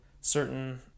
certain